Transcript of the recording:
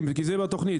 זה בתכנית.